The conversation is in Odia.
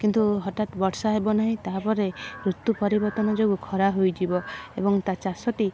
କିନ୍ତୁ ହଠାତ୍ ବର୍ଷା ହେବନାହିଁ ତାହା ପରେ ଋତୁ ପରିବର୍ତ୍ତନ ଯୋଗୁଁ ଖରା ହୋଇଯିବ ଏବଂ ତା ଚାଷଟି